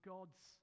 God's